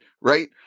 right